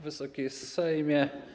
Wysoki Sejmie!